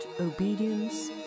obedience